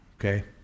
Okay